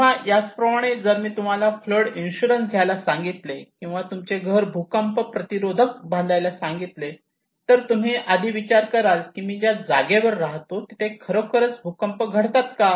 तेव्हा याच प्रमाणे जर मी तुम्हाला फ्लड इन्शुरन्स घ्यायला सांगितले किंवा तुमचे घर भूकंप प्रतिरोधक बांधायला सांगितले तर तुम्ही आधी विचार कराल की मी ज्या जागेवर रहातो तिथे खरोखर भूकंप घडतात का